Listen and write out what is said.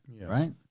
right